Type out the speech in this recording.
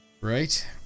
Right